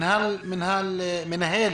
מנהל מנהל